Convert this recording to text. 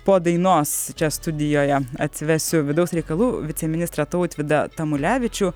po dainos čia studijoje atsivesiu vidaus reikalų viceministrą tautvydą tamulevičių